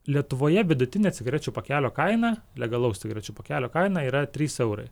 lietuvoje vidutinė cigarečių pakelio kaina legalaus cigarečių pakelio kaina yra trys eurai